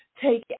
take